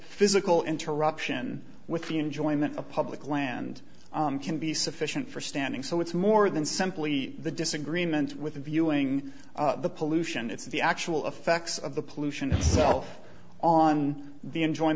physical interruption with the enjoyment of public land can be sufficient for standing so it's more than simply the disagreement with the viewing the pollution it's the actual effects of the pollution itself on the enjo